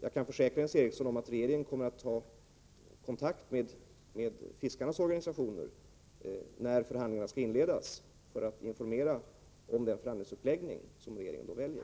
Jag kan försäkra Jens Eriksson att regeringen kommer att ta kontakter med fiskarnas organisationer när förhandlingarna skall inledas för att informera om den förhandlingsuppläggning regeringen då väljer.